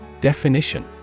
Definition